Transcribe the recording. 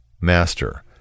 Master